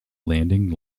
landing